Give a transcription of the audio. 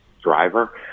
driver